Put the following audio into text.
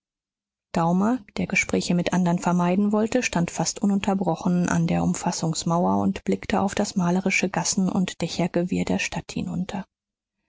daumer der gespräche mit andern vermeiden wollte stand fast ununterbrochen an der umfassungsmauer und blickte auf das malerische gassen und dächergewirr der stadt hinunter